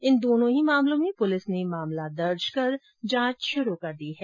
इन दोनो ही मामलों में पुलिस ने मामला दर्ज कर जांच शुरू कर दी है